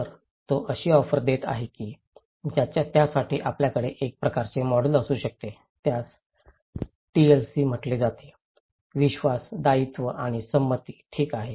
तर तो अशी ऑफर देत आहे की त्यासाठी आपल्याकडे एक प्रकारचे मॉडेल असू शकते ज्यास टीएलसी म्हटले जाते विश्वास दायित्व आणि संमती ठीक आहे